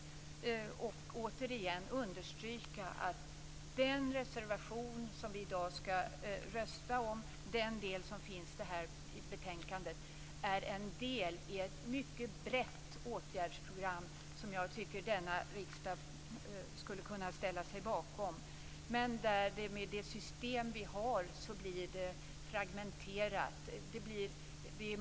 Men jag vill återigen understryka att den reservation som vi i dag skall rösta om och som finns i betänkandet är en del i ett mycket brett åtgärdsprogram som jag tycker att denna riksdag borde kunna ställa sig bakom. Med det system som vi har blir det här fragmenterat.